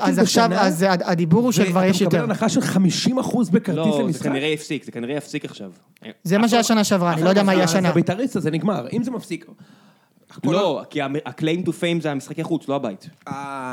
אז עכשיו הדיבור הוא שכבר יש יותר. - אתה מקבל הנחה של 50% בקרטיס למשחק? - לא, זה כנראה יפסיק עכשיו. - זה מה שהשנה שברה, אני לא יודע מה יהיה השנה. אז הבית הריס הזה נגמר, אם זה מפסיק... - לא, כי ה-claim to fame זה המשחקי החוץ, לא הבית.